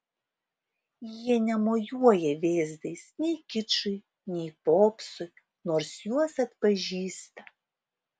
jie nemojuoja vėzdais nei kičui nei popsui nors juos atpažįsta